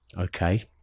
okay